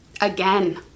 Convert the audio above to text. Again